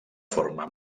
forma